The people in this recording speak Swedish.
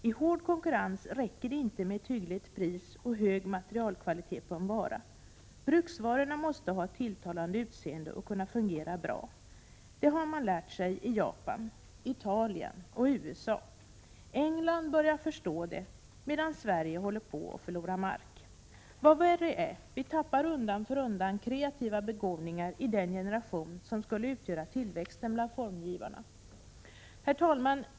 I hård konkurrens räcker det inte med ett hyggligt pris och hög materialkvalitet på en vara. Bruksvarorna måste också ha ett tilltalande utseende och kunna fungera bra. Det har man lärt sig i Japan, Italien och USA. England börjar också förstå det, medan Sverige håller på att förlora mark. Vad värre är: vi tappar undan för undan kreativa begåvningar i den generation som skulle utgöra tillväxten bland formgivarna. Herr talman!